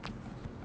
ya